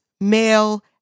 male